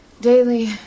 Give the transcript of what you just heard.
Daily